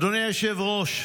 אדוני היושב-ראש,